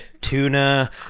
Tuna